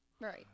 right